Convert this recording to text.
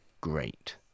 great